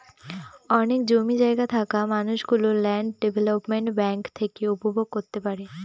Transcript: অনেক জমি জায়গা থাকা মানুষ গুলো ল্যান্ড ডেভেলপমেন্ট ব্যাঙ্ক থেকে উপভোগ করতে পারে